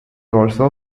also